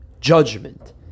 judgment